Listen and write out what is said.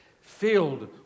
filled